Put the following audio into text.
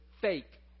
fake